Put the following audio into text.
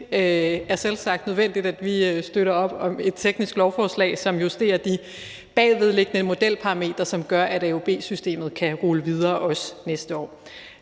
det er selvsagt nødvendigt, at vi støtter op om et teknisk lovforslag, som justerer de bagvedliggende modelparametre, som gør, at AUB-systemet kan rulle videre, også næste år.